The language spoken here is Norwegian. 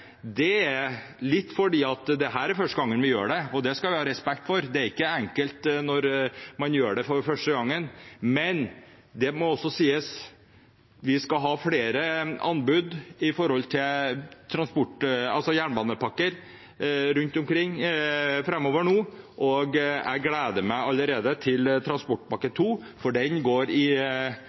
i komiteen, litt fordi det er første gang vi gjør det. Det skal vi ha respekt for, det er ikke enkelt når man gjør det for første gang. Men dette må også sies: Vi skal ha flere anbud på jernbanepakker rundt omkring framover. Jeg gleder meg allerede til Trafikkpakke 2, for den er i